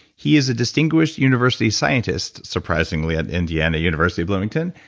he is a distinguished university scientist, surprisingly, at indiana university bloomington,